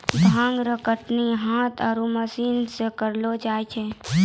भांग रो कटनी हाथ आरु मशीन से करलो जाय छै